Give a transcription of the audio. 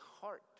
heart